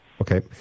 Okay